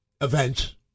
events